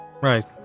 right